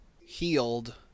healed